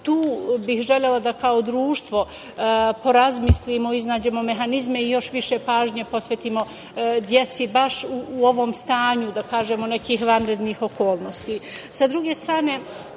Tu bih želela da kao društvo porazmislimo, iznađemo mehanizme i još više pažnje posvetimo deci baš u ovom stanju nekih vanrednih okolnosti. Sa